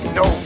no